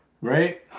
right